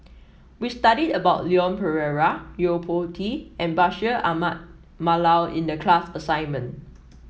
we studied about Leon Perera Yo Po Tee and Bashir Ahmad Mallal in the class assignment